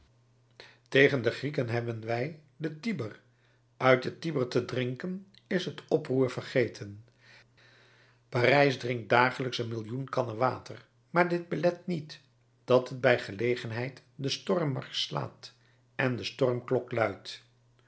tegen de grieken hebben wij den tiber uit den tiber te drinken is het oproer vergeten parijs drinkt dagelijks een millioen kannen water maar dit belet niet dat het bij gelegenheid den stormmarsch slaat en de stormklok luidt